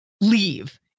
leave